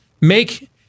make